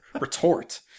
retort